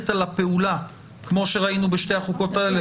על הפעולה כמו שראינו בשתי החוקות האלה.